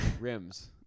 Rims